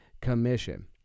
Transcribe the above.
Commission